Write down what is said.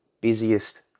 busiest